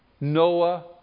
Noah